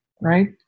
right